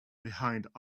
behind